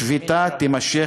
השביתה תימשך